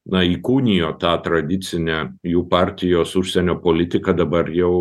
na įkūnijo tą tradicinę jų partijos užsienio politiką dabar jau